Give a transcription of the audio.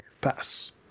pass